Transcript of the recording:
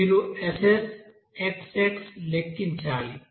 మీరు SSxx లెక్కించాలి